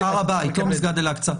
הר הבית, לא מסגד אל אקצא.